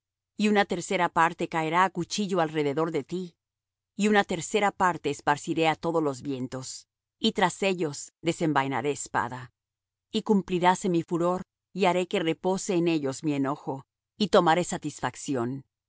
y una tercera parte caerá á cuchillo alrededor de ti y una tercera parte esparciré á todos los vientos y tras ellos desenvainaré espada y cumpliráse mi furor y haré que repose en ellos mi enojo y tomaré satisfacción